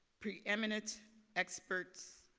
preeminent experts